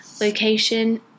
location